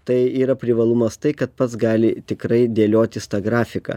tai yra privalumas tai kad pats gali tikrai dėliotis tą grafiką